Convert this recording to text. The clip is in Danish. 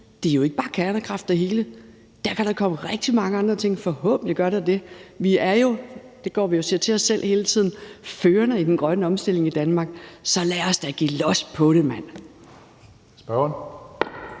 hele er jo ikke bare kernekraft, der kan da komme rigtig mange andre ting – forhåbentlig gør der det. Vi er jo, det går vi jo og siger til os selv hele tiden, førende i den grønne omstilling i Danmark, og så lad os da give los på det, mand. Kl.